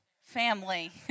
family